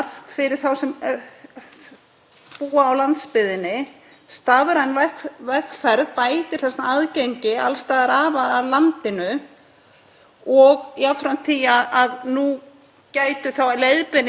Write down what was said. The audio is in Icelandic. jafnframt því að þá gætu leiðbeiningar orðið sniðnar að hverri umsókn fyrir sig, sem sagt gagnvirk þjónusta sem hentar hverjum einstaklingi